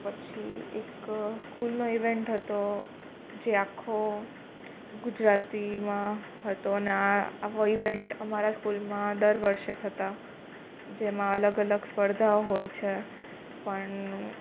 પછી એક સ્કૂલનો ઇવેન્ટ હતો જે આખો ગુજરાતીમાં હતો અને આ આવો ઇવેન્ટ અમારા સ્કૂલમાં દર વર્ષે થતો જેમાં અલગ અલગ સ્પર્ધાઓ હોય છે પણ